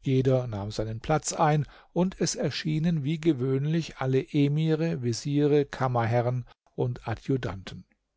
jeder nahm seinen platz ein und es erschienen wie gewöhnlich alle emire veziere kammerherrn und adjutanten